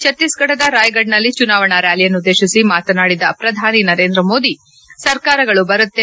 ಛತ್ತೀಸ್ಗಡದ ರಾಯ್ಗಡ್ನಲ್ಲಿ ಚುನಾವಣಾ ರ್ಯಾಲಿಯನ್ನುದ್ದೇಶಿಸಿ ಮಾತನಾಡಿದ ಪ್ರಧಾನಿ ನರೇಂದ್ರ ಮೋದಿ ಸರ್ಕಾರಗಳು ಬರುತ್ತೆ